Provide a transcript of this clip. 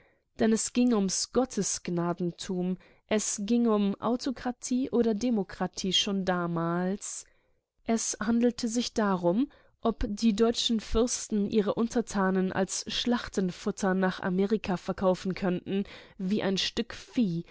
denn es ging ums gottesgnadentum es ging um autokratie oder demokratie schon damals es handelte sich darum ob die deutschen fürsten ihre untertanen als schlachtenfutter nach amerika verkaufen könnten wie ein stück vieh